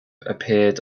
appeared